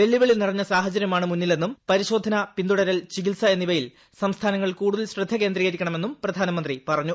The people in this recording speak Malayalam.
വെല്ലുവിളി നിറഞ്ഞ സാഹചര്യമാണ് മുന്നിലെന്നും പരിശോധന പിന്തുടരൽ ചികിത്സ എന്നിവയിൽ സംസ്ഥാനങ്ങൾ കൂടുതൽ ശ്രദ്ധ കേന്ദ്രീകരിക്കണമെന്നും പ്രധാനമന്ത്രി പറഞ്ഞു